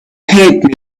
hate